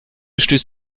stößt